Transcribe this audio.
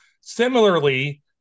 Similarly